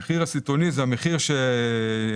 המחיר הסיטונאי הוא המחיר שבו